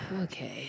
okay